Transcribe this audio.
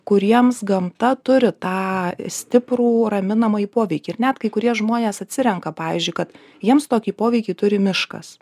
kuriems gamta turi tą stiprų raminamąjį poveikį ir net kai kurie žmonės atsirenka pavyzdžiui kad jiems tokį poveikį turi miškas